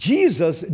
Jesus